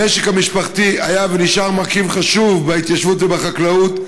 המשק המשפחתי היה ונשאר מרכיב חשוב בהתיישבות ובחקלאות.